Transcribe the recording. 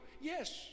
Yes